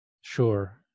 Sure